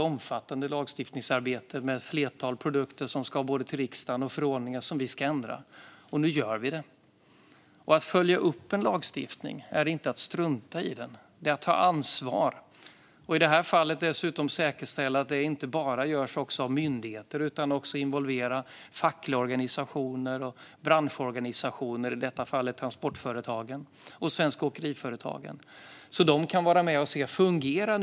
Det är ett omfattande lagstiftningsarbete och ett flertal produkter som ska till riksdagen, och det är förordningar som vi ska ändra. Nu gör vi det. Att följa upp en lagstiftning är inte att strunta i den. Det är att ta ansvar. I det här fallet handlar det dessutom om att säkerställa att det inte bara görs av myndigheter. Man ska också involvera fackliga organisationer och branschorganisationer - transportföretagen och de svenska åkeriföretagen - så att de kan vara med och titta på detta.